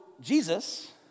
Jesus